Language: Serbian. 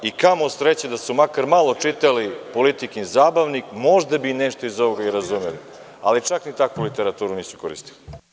I kamo sreće da su makar malo čitali „Politikin zabavnik“, možda bi nešto iz ovoga i razumeli, ali čak ni takvu literaturu nisu koristili.